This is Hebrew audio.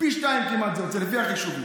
פי שניים כמעט זה יוצא, לפי החישובים.